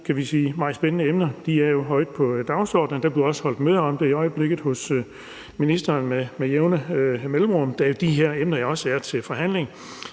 meget spændende emner jo er højt på dagsordenen. Der bliver også holdt møder om det i øjeblikket hos ministeren med jævne mellemrum, og her er de her emner også til forhandling.